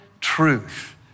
truth